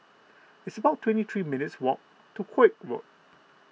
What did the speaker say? it's about twenty three minutes' walk to Koek Road